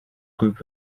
group